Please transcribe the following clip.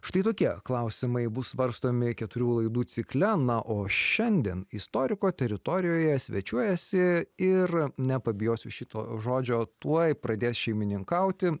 štai tokie klausimai bus svarstomi keturių laidų cikle na o šiandien istoriko teritorijoje svečiuojasi ir nepabijosiu šito žodžio tuoj pradės šeimininkauti